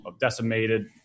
decimated